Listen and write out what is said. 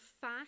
fat